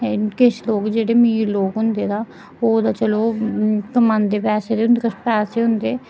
किश लोक जेह्ड़े अमीर लोक होंदे तां ओह् ते चलो कमांदे पैसे उंदे कोल पैसे होंदे